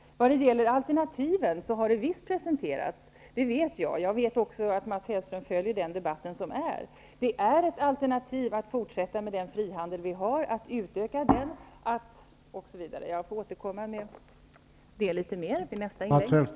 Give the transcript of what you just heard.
Alternativ har visst presenterats. Det vet jag, och jag vet också att Mats Hellström följer den debatt som pågår. Det är ett alternativ att fortsätta med den frihandel vi har, att utöka den, osv. Jag får återkomma till den frågan i mitt nästa inlägg.